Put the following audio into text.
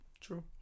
True